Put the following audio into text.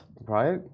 Right